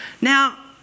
Now